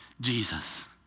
Jesus